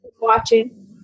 watching